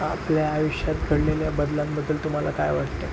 आपल्या आयुष्यात घडलेल्या बदलांबद्दल तुम्हाला काय वाटतं